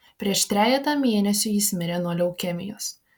prieš trejetą mėnesių jis mirė nuo leukemijos